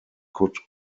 could